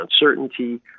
uncertainty